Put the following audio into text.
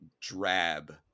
drab